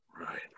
Right